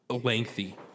lengthy